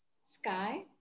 sky